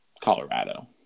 Colorado